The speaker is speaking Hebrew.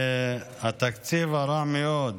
תקציב רע מאוד,